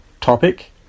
topic